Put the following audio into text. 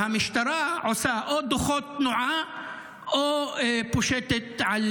והמשטרה עושה או דוחות תנועה או פושטת על